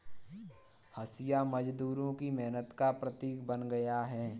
हँसिया मजदूरों की मेहनत का प्रतीक बन गया है